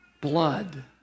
blood